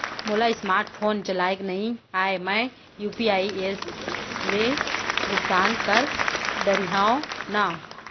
मोला smart phone चलाए नई आए मैं यू.पी.आई ले भुगतान कर डरिहंव न?